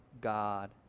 God